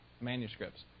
manuscripts